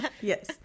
Yes